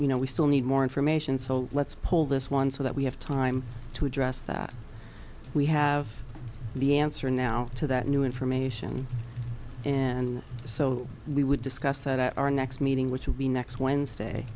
you know we still need more information so let's pull this one so that we have time to address that we have the answer now to that new information and so we would discuss that at our next meeting which will be next wednesday